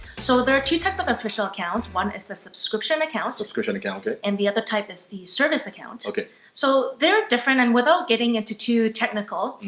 so, there are two types of official accounts. one is the subscription account. subscription account, okay. and the other type is the service account. okay. so they're different and without getting into too technical,